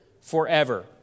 forever